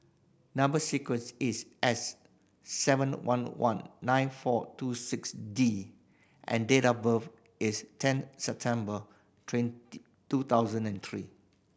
number sequence is S seven one one nine four two six D and date of birth is ten September twenty two thousand and three